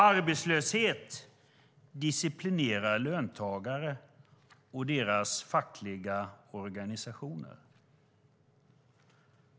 Arbetslöshet disciplinerar löntagare och deras fackliga organisationer.